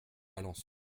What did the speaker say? alençon